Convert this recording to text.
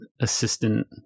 assistant